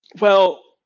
well,